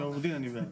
כעורך דין אני אומר.